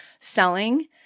selling